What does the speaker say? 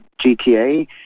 GTA